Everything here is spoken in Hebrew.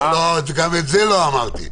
לא אמרתי.